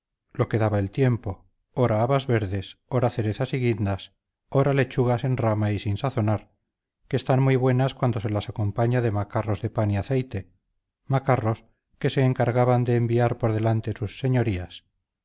lo que daba el tiempo ora habas verdes ora cerezas y guindas ora lechugas en rama y sin sazonar que están muy buenas cuando se las acompaña de macarros de pan de aceite macarros que se encargaban de enviar por delante sus señorías